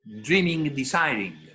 dreaming-desiring